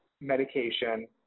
medication